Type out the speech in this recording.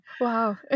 Wow